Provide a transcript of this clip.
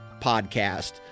podcast